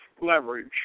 leverage